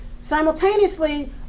Simultaneously